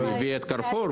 היא הביאה את קרפור.